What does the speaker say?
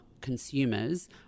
consumers